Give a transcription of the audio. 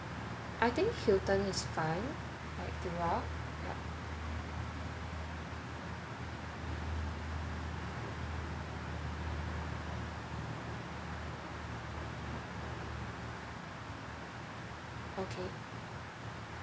I think hilton is fine okay